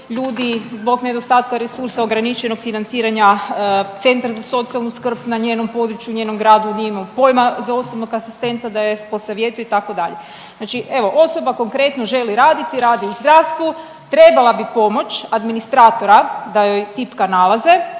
ljudi zbog nedostatka resursa, ograničenog financiranja, centar za socijalnu skrb na njenom području, njenom gradu nije imao pojma za osobnog asistenta da je sposavjetuju, itd. Znači osoba konkretno želi raditi, radi u zdravstvu, trebala bi pomoći administratora da joj tipka nalaze,